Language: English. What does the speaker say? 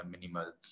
minimal